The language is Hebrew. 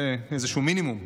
זה איזשהו מינימום.